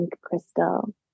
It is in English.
crystal